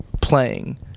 playing